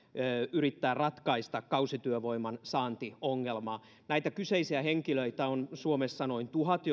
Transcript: yrittää ratkaista kausityövoiman saantiongelma näitä kyseisiä henkilöitä joita tämä koskettaisi on suomessa noin tuhat